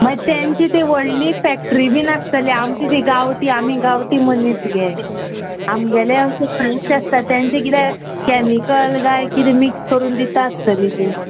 मागीर तेंची ती व्हडली फॅक्ट्री बी आसतली आमची ती गांवठी आमी गांवठी मनीस घे आमगेले अशे फ्रेश आसता तेंचे किदें कॅमिकल काय किदें मिक्स करून दिता आसतली ती